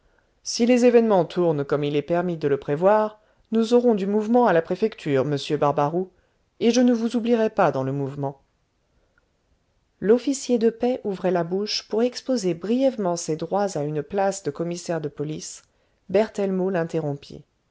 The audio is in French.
si les événements tournent comme il est permis de le prévoir nous aurons du mouvement à la préfecture monsieur barbaroux et je ne vous oublierai pas dans le mouvement l'officier de paix ouvrait la bouche pour exposer brièvement ses droits à une place de commissaire de police